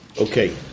Okay